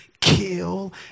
kill